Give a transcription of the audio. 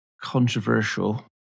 controversial